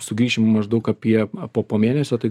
sugrįšim maždaug apie po po mėnesio tai